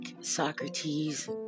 Socrates